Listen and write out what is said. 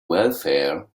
welfare